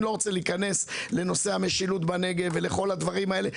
אני לא רוצה להיכנס לנושא המשילות בנגב ולכל הדברים האלה,